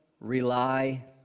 rely